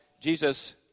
Jesus